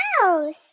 house